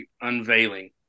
unveiling